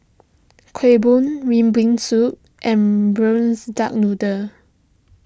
Kueh Bom Red Bean Soup and Braised Duck Noodle